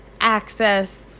access